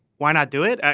why not do it.